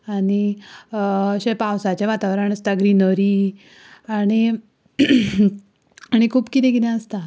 आनी अशें पावसाचें वातावरण आसता ग्रिनरी आनी आनी खूब कितें कितें आसता